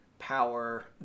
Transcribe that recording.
power